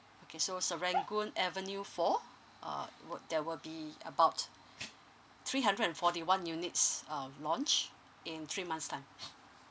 okay so serangoon avenue four err would that will be about three hundred and forty one units uh launch in three months time